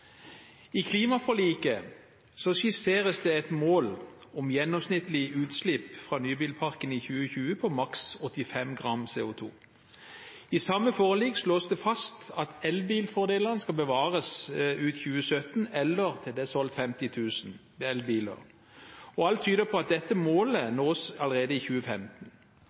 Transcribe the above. I klimaforliket skisseres det et mål om gjennomsnittlig utslipp fra nybilparken i 2020 på maks 85 gram CO2. I samme forlik slås det fast at elbilfordelene skal bevares ut 2017, eller til det er solgt 50 000 elbiler. Alt tyder på at dette målet nås allerede i 2015.